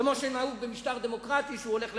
כמו שנהוג במשטר דמוקרטי, כשהוא הולך לבחירות,